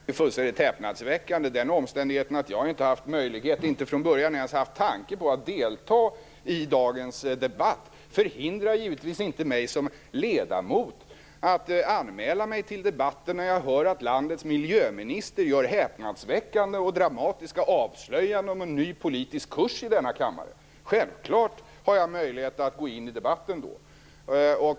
Herr talman! Detta är fullständigt häpnadsväckande. Den omständigheten att jag inte har haft möjlighet och från början inte ens haft tanken att delta i dagens debatt förhindrar givetvis inte mig som ledamot att anmäla mig till debatten, när jag hör att landets miljöminister i denna kammare gör häpnadsväckande och dramatiska avslöjanden om en ny politisk kurs. Självfallet har jag då möjlighet att gå in i debatten.